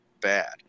bad